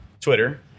twitter